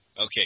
Okay